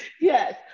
Yes